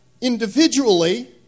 individually